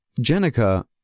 Jenica